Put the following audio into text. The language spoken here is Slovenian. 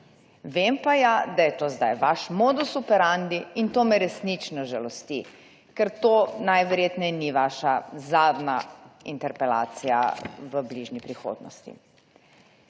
Vem pa ja, da je to zdaj vaš modus operandi in to me resnično žalosti, ker to najverjetneje ni vaša zadnja interpelacija v bližnji prihodnosti.